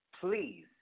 please